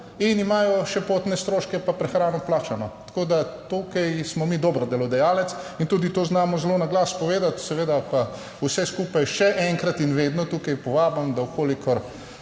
in imajo še potne stroške, pa prehrano plačano, tako da tukaj smo mi dober delodajalec in tudi to znamo zelo na glas povedati. Seveda pa vse skupaj še enkrat in vedno tukaj povabim, da v kolikor